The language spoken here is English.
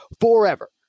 forever